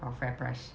or fairprice